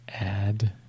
Add